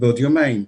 בעוד יומיים.